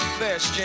best